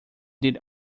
did